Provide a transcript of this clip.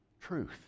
truth